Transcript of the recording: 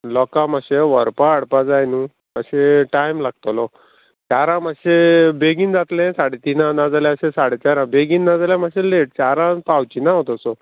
लोकां मातशें व्हरपा हाडपा जाय न्हू मातशें टायम लागतलो चारां मातशें बेगीन जातलें साडे तिनां नाजाल्या अशें साडे चारां बेगीन नाजाल्यार मात्शें लेट चारां पावची ना हांव तसो